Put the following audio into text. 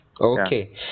okay